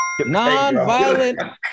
Nonviolent